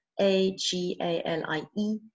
A-G-A-L-I-E